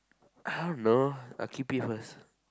I don't know I'll keep it first